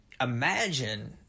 imagine